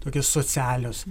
tokios socialios